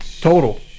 Total